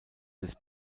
des